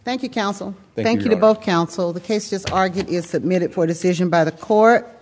thank you counsel thank you to both counsel the case just argued is submitted for decision by the co